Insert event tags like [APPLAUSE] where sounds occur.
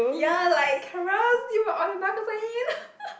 ya like Carol you were on a magazine [LAUGHS]